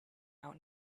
out